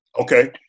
Okay